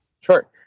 Sure